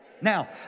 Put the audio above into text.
Now